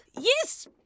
Yes